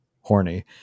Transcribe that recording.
horny